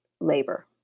labor